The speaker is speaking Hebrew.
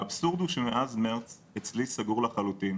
האבסורד הוא שמאז מרץ אצלי סגור לחלוטין.